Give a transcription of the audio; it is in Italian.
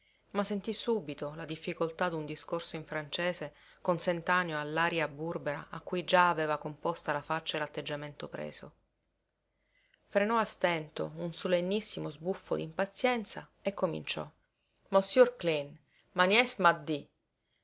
ma sentí subito la difficoltà d'un discorso in francese consentaneo all'aria burbera a cui già aveva composta la faccia e l'atteggiamento preso frenò a stento un solennissimo sbuffo d'impazienza e cominciò mossiur cleen